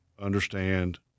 understand